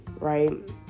right